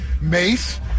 Mace